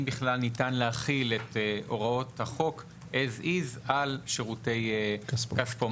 בכלל ניתן להחיל את הוראות החוק as is על שירותי כספומט?